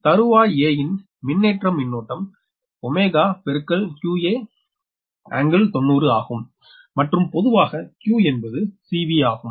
தருவாய் a ன் மின்னேற்ற மின்னோட்டம் 𝜔 ∗ 𝑞𝑎 ∟90 ஆகும் மற்றும் பொதுவாக q என்பது CV ஆகும்